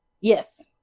yes